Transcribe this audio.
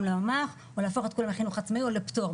לממ"ח או להפוך את כולם לחינוך העצמאי או לפטור.